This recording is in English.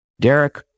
Derek